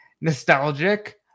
nostalgic